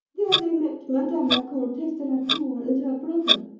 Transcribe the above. there they met madame la comtesse de la tour and her brother,